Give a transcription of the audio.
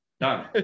Done